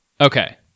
Okay